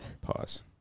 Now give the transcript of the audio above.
Pause